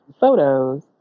photos